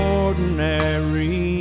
ordinary